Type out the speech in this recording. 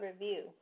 review